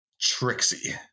Trixie